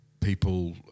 people